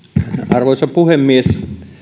arvoisa puhemies